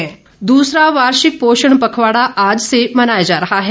पोषण पखवाड़ा दूसरा वार्षिक पोषण पखवाड़ा आज से मनाया जा रहा है